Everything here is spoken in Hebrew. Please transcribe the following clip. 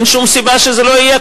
אין שום סיבה שזה לא יהיה,